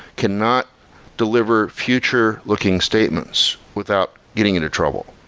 cannot deliver future looking statements without getting into trouble.